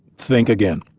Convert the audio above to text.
think again.